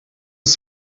ist